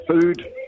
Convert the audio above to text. food